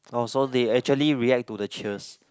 orh so they actually react to the cheers